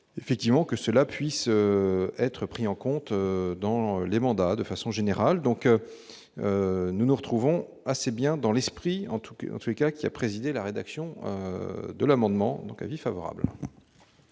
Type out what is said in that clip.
effectivement que cela puisse être pris en compte dans les mandats de façon générale, donc nous nous retrouvons assez bien dans l'esprit, en tout cas, en tous les cas qui a présidé à la rédaction de l'amendement, donc avis favorable.